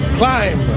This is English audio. climb